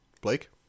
Blake